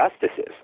justices